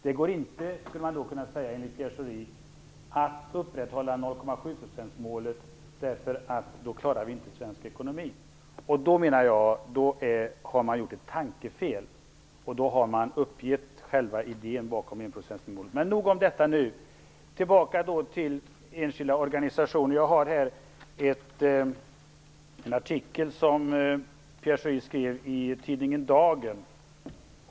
Man skulle enligt Pierre Schori då kunna säga att det inte går att upprätthålla 0,7-procentsmålet, eftersom vi då inte klarar svensk ekonomi. Jag menar att man då har gjort ett tankefel och uppgett själva idén bakom enprocentsmålet. Nog om detta nu. Tillbaka till frågan om de enskilda organisationerna. Jag har här en artikel som Pierre Schori har skrivit i tidningen Dagen.